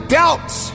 doubts